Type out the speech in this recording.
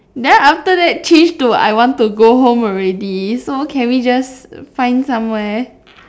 then after that change to I want to go home already so can we just find somewhere